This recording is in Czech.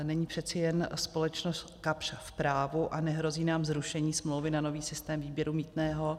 Není přece jenom společnost Kapsch v právu a nehrozí nám zrušení smlouvy na nový systém výběru mýtného?